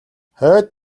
хойд